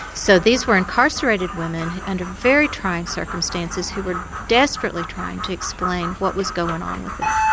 so these were incarcerated women under very trying circumstances who were desperately trying to explain what was going on with them.